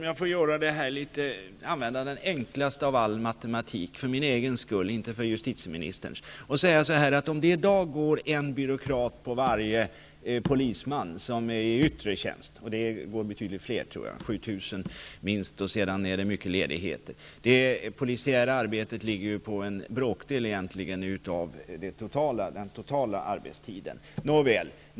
Herr talman! Jag använder den enklaste av all matematik -- för min egen skull, och inte för justitieministerns. I dag finns det en byråkrat på varje polisman som är i yttre tjänst, vilket ju är betydligt fler än 7 000 -- många är ju lediga, osv. Det polisiära arbetet utgör en bråkdel av den totala arbetstiden. Nåväl!